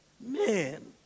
Man